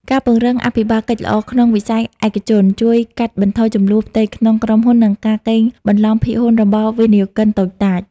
ការពង្រឹងអភិបាលកិច្ចល្អក្នុងវិស័យឯកជន ជួយកាត់បន្ថយជម្លោះផ្ទៃក្នុងក្រុមហ៊ុន និងការកេងបន្លំភាគហ៊ុនរបស់វិនិយោគិនតូចតាច។